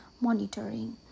monitoring